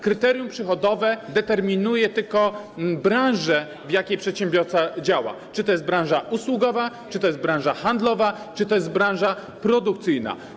Kryterium przychodowe determinuje tylko branżę, w jakiej przedsiębiorca działa: czy to jest branża usługowa, czy to jest branża handlowa, czy to jest branża produkcyjna.